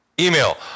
Email